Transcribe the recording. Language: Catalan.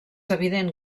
evident